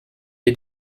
est